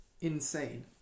Insane